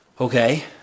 Okay